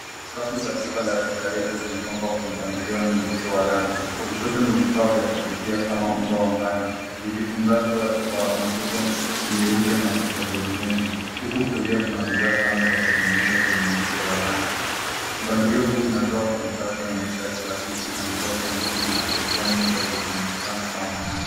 Rafu za duka ya rejareja zinapangwa kwenye kwa mvuto wa rangi. Kushoto ni vifaa vya kupikia kama unga wa ngano, vikifungashwa kwa mifuko nyeupe na vya hudhurungi huku kulia kuna bidhaa tamu za peremende zenye mvuto wa rangi. Mpangilio huu unatoa contrast ya maisha ya kila siku ,maitaji ya msingi na burundani ndogo zinakutana kwa amani.